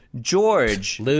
George